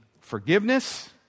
forgiveness